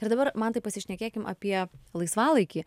ir dabar mantai pasišnekėkim apie laisvalaikį